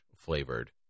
flavored